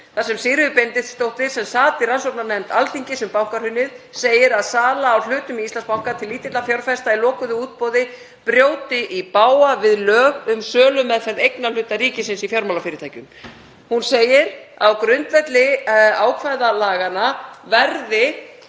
þar sem Sigríður Benediktsdóttir, sem sat í rannsóknarnefnd Alþingis um bankahrunið, segir að sala á hlutum í Íslandsbanka til lítilla fjárfesta í lokuðu útboði brjóti í bága við lög um sölumeðferð eignarhluta ríkisins í fjármálafyrirtækjum. Hún segir: „Á grundvelli þess þarf einhver